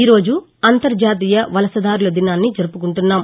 ఈరోజు అంతర్ణాతీయ వలసదారుల దినాన్ని జరుపుకుంటున్నాం